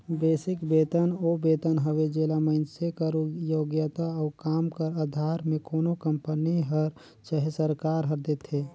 basic बेतन ओ बेतन हवे जेला मइनसे कर योग्यता अउ काम कर अधार में कोनो कंपनी हर चहे सरकार हर देथे